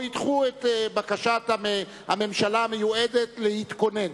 ידחו את בקשת הממשלה המיועדת להתכונן.